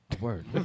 Word